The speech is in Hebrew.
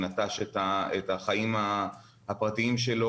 שנטש את החיים הפרטיים שלו,